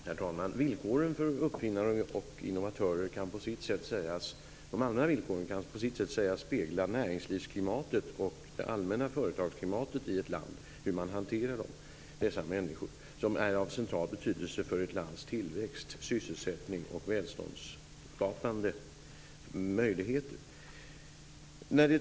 Herr talman! Villkoren för uppfinnare och innovatörer kan sägas spegla näringslivsklimatet och det allmänna företagsklimatet i ett land. Det är av central betydelse för ett lands tillväxt, sysselsättning och välståndsskapande möjligheter hur dessa människor bemöts.